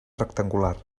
rectangular